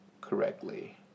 correctly